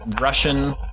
Russian